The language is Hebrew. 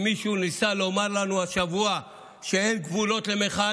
אם מישהו ניסה לומר לנו השבוע שאין גבולות למחאה,